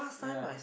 ya